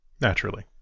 Naturally